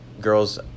girls